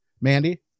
mandy